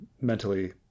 mentally